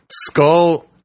Skull